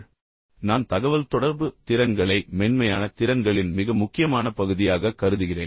ஆனால் நான் தகவல்தொடர்பு திறன்களை மென்மையான திறன்களின் மிக முக்கியமான பகுதியாக கருதுகிறேன்